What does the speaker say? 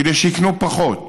כדי שיקנו פחות.